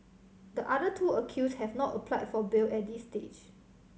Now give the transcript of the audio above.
the other two accused have not applied for bail at this stage